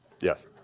Yes